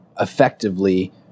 effectively